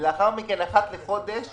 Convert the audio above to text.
לאחר מכן אחת לחודש